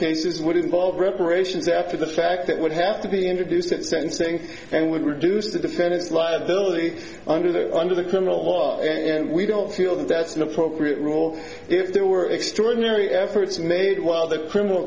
cases would involve reparations after the fact that would have to be introduced at sentencing and would reduce the defendant's liability under the under the criminal law and we don't feel that that's an appropriate rule if there were extraordinary efforts made while the criminal